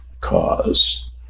Cause